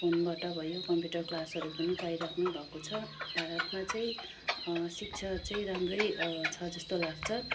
फोनबाट भयो कमप्युटर क्लासहरू पनि पाइराख्नु भएको छ यो भारतमा चाहिँ शिक्षा चाहिँ राम्रै छ जस्तो लाग्छ